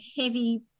heavy